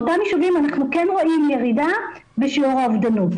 באותם ישובים אנחנו רואים ירידה בשיעורי האובדנות,